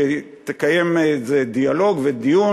שיקיים איזה דיאלוג ודיון.